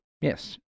yes